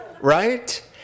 right